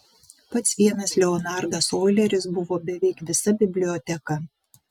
pats vienas leonardas oileris buvo beveik visa biblioteka